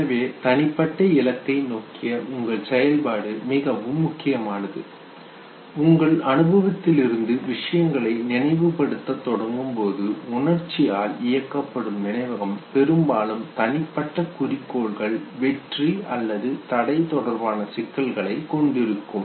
எனவே தனிப்பட்ட இலக்கை நோக்கிய உங்கள் செயல்பாடு மிகவும் முக்கியமானது உங்கள் அனுபவத்திலிருந்து விஷயங்களை நினைவு படுத்த தொடங்கும்போது உணர்ச்சியால் இயக்கப்படும் நினைவகம் பெரும்பாலும் தனிப்பட்ட குறிக்கோள்கள் வெற்றி அல்லது தடை தொடர்பான சிக்கல்களை கொண்டிருக்கும்